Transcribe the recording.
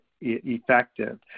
effective